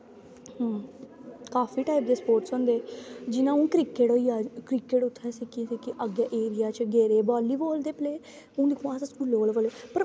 काफी टाईप दे स्पोर्टस होंदे जि'यां हून क्रिकेट होई गेआ क्रिकेट उत्थै सिक्खी सिक्खी अग्गें एरिया च गेदे वॉलीबॉल दे प्लेयर